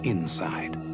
Inside